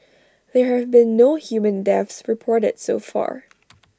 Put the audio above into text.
there have been no human deaths reported so far